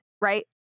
right